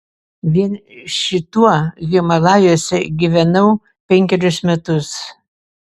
vien šituo himalajuose gyvenau penkerius metus